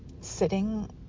sitting